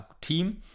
team